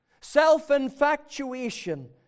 Self-infatuation